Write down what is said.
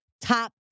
top